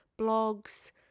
blogs